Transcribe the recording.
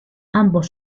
ambos